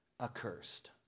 Accursed